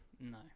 No